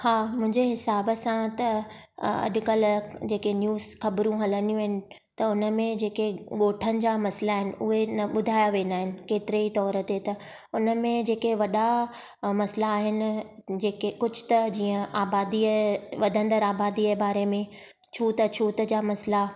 हा मुंहिंजे हिसाब सां त अॼुकल्ह जेके न्यूज़ ख़बरूं हलंदियूं आहिनि त हुन में जेके ॻोठनि जा मसला आहिनि उहे न ॿुधायां वेंदा आहिनि केतिरे ई तोर ते त उन में जेके वॾा मसला आहिनि जेके कुझु त जीअं आबादीअ वधंदड़ आबादीअ जे बारे में छूत अछूत जा मसला